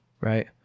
right